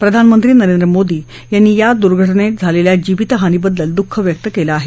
प्रधानमंत्री नरेंद्र मोदी यांनी या दुर्घटनेत झालेल्या जीवितहानीबद्दल दुःख व्यक्त केलं आहे